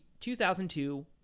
2002